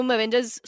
Avengers